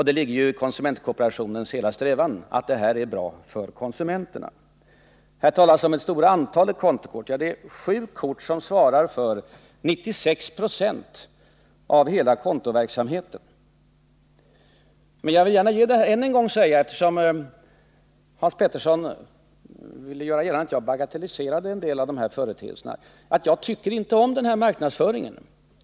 Det ligger ju i konsumentkooperationens hela strävan. Det talas om det stora antalet kontokort. Ja, sju kort svarar för 96 96 av hela kontoverksamheten. Men jag vill gärna säga än en gång, eftersom Hans Petersson ville göra gällande att jag bagatelliserade en del av de här företeelserna, att jag tycker inte om marknadsföringen av kreditkorten.